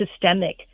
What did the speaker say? systemic